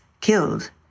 killed